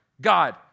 God